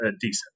decent